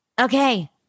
Okay